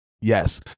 yes